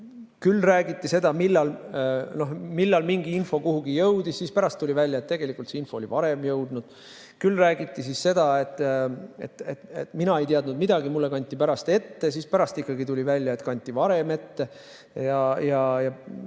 Küll räägiti, millal mingi info kuhugi jõudis, aga pärast tuli välja, et tegelikult see info oli sinna varem jõudnud. Küll räägiti, et mina ei teadnud midagi, mulle kanti pärast ette, aga pärast tuli ikkagi välja, et kanti varem ette.